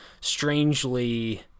strangely